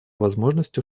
возможностью